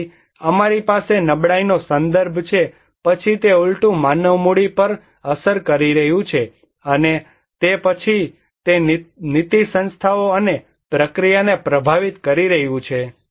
તેથી અમારી પાસે નબળાઈનો સંદર્ભ છે પછી તે ઉલટું માનવ મૂડી પર અસર કરી રહ્યું છે અને તે પછી તે નીતિ સંસ્થાઓ અને પ્રક્રિયાને પ્રભાવિત કરી રહ્યું છે